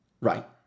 Right